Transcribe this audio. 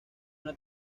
una